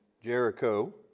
Jericho